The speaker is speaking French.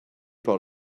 par